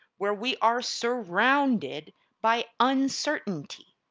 where we are surrounded by uncertainty.